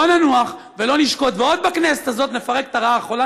לא ננוח ולא נשקוט ועוד בכנסת הזאת נפרק את הרעה החולה,